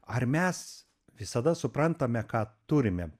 ar mes visada suprantame ką turime